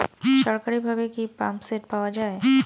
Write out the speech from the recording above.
সরকারিভাবে কি পাম্পসেট পাওয়া যায়?